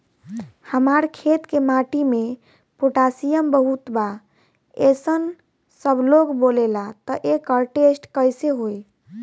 हमार खेत के माटी मे पोटासियम बहुत बा ऐसन सबलोग बोलेला त एकर टेस्ट कैसे होई?